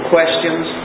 Questions